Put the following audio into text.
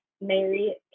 mary